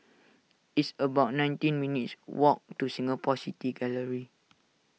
it's about nineteen minutes' walk to Singapore City Gallery